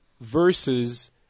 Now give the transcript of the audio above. versus